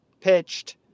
pitched